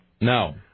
No